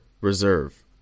reserve